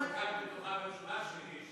את כל כך בטוחה בתשובה שלי,